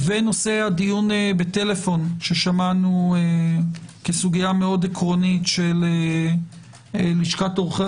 ונושא הדיון בטלפון ששמענו כסוגיה מאוד עקרונית של לשכת עורכי